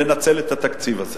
כדי לנצל את התקציב הזה.